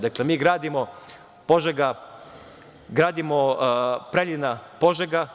Dakle, mi gradimo auto-put Preljina – Požega.